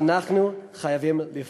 ואנחנו חייבים לפעול.